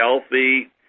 healthy